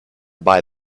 buy